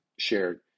shared